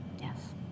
Yes